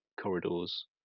corridors